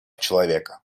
человека